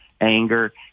anger